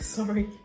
Sorry